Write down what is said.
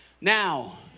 now